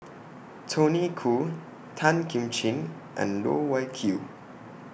Tony Khoo Tan Kim Ching and Loh Wai Kiew